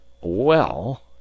Well